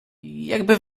jakby